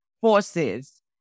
forces